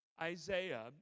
Isaiah